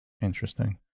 Interesting